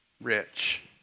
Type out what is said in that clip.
rich